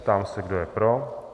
Ptám se, kdo je pro.